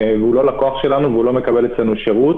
הוא לא לקוח שלנו והוא לא מקבל אצלנו שירות